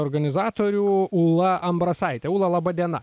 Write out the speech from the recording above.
organizatorių ūla ambrasaitė ūla laba diena